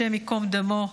השם יקום דמו.